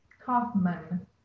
Kaufman